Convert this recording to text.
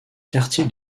quartier